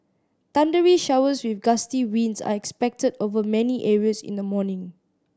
thundery showers with gusty winds are expected over many areas in the morning